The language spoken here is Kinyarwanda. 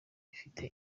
bifite